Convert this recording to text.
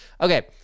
Okay